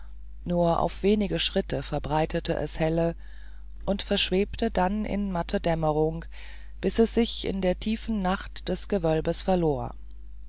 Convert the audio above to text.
nur auf wenige schritte verbreitete es helle und verschwebte dann in matte dämmerung bis es sich in der tiefen nacht des gewölbes verlor